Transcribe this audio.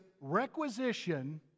requisition